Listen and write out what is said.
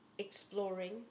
Exploring